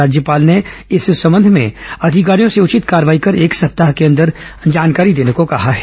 राज्यपाल ने इस संबंध में अधिकारियों से उचित कार्रवाई कर एक सप्ताह के अंदर जानकारी देने को कहा है